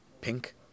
Pink